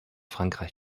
frankreich